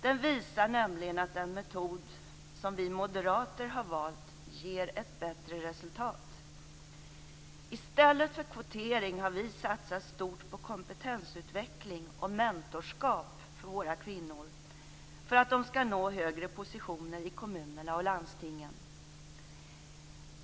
Den visar nämligen att den metod som vi moderater har valt ger ett bättre resultat. I stället för på kvotering har vi satsat stort på kompetensutveckling och mentorskap för våra kvinnor för att de skall nå högre positioner i kommunerna och landstingen.